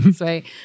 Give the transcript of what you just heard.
Right